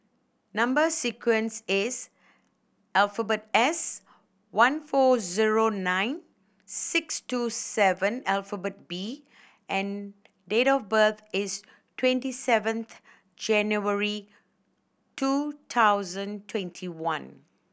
number sequence is alphabet S one four zero nine six two seven alphabet B and date of birth is twenty seventh January two thousand twenty one